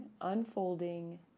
unfolding